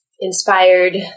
inspired